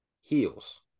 Heels